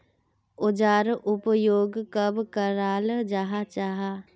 औजार उपयोग कब कराल जाहा जाहा?